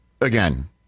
again